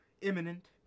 imminent